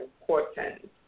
important